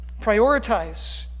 Prioritize